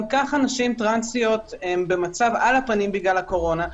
גם ככה נשים טרנסיות הן במצב על הפנים בגלל הקורונה,